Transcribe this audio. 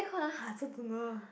I also don't know